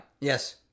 Yes